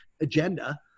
agenda